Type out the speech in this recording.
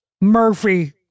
Murphy